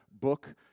book